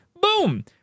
Boom